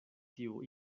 tiu